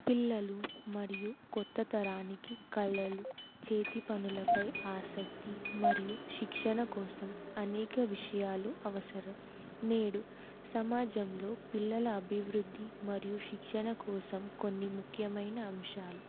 పిల్లలు మరియు కొత్త తరానికి కళలు చేతి పనులపై ఆసక్తి మరియు శిక్షణ కోసం అనేక విషయాలు అవసరం నేడు సమాజంలో పిల్లల అభివృద్ధి మరియు శిక్షణ కోసం కొన్ని ముఖ్యమైన అంశాలు